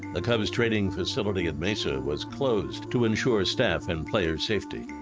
the cubs training facility in mesa was closed to ensure staff and player safety.